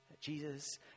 Jesus